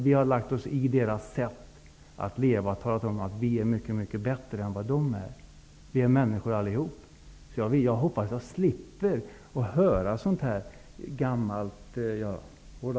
Vi har lagt oss i deras sätt att leva, och vi har talat om att vi är mycket, mycket bättre än vad de är. Men vi är människor allihop.